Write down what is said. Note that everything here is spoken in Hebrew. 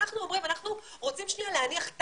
אנחנו אומרים שאנחנו רוצים להניח שנייה